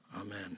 Amen